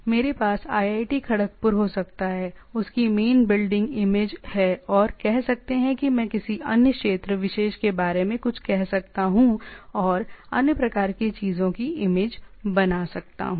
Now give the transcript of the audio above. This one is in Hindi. मेरे पास IIT खड़गपुर हो सकता है उसकी मेन बिल्डिंग संदर्भ समय 0726 इमेज है और कह सकते हैं मैं किसी अन्य क्षेत्र विशेष के बारे में कुछ कह सकता हूं और अन्य प्रकार की चीजों की इमेज बना सकता हूं